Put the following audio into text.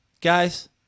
Guys